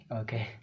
okay